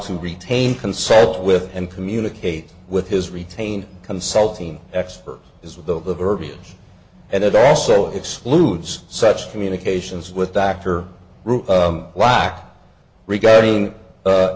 to retain consult with and communicate with his retained consulting experts is with the verbiage and it also excludes such communications with dr black regarding